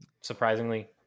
surprisingly